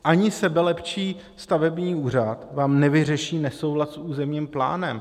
Ani sebelepší stavební úřad vám nevyřeší nesouhlas s územním plánem.